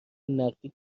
نقدی